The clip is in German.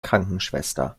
krankenschwester